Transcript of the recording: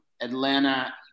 Atlanta